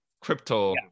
Crypto